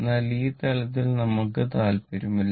എന്നാൽ ഈ തലത്തിൽ നമ്മൾക്ക് താൽപ്പര്യമില്ല